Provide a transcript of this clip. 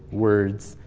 words.